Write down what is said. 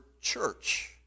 church